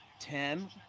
Ten